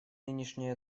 нынешний